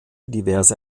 diverse